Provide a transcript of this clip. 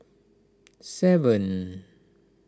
seven